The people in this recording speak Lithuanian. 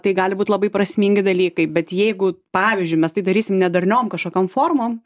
tai gali būt labai prasmingi dalykai bet jeigu pavyzdžiui mes tai darysim nedarniom kažkokiom formom